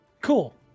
Cool